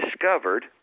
discovered –